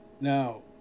Now